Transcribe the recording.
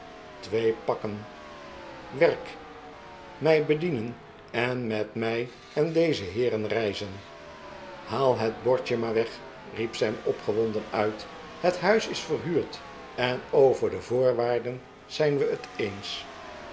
twee pakken werk mij bedienen en met mij en deze heeren reizen haal het bordje maar weg riep sam opgewonden uit het huis is verhuurd en over de voorwaarden zijn we het eens